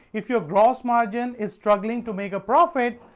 if your gross margin is struggling to make a profit,